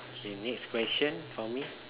okay next question for me